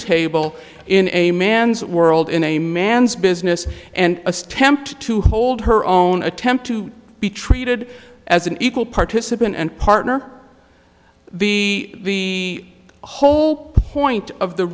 table in a man's world in a man's business and a stamp to to hold her own attempt to be treated as an equal participant and partner the whole point of the